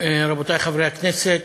רבותי חברי הכנסת,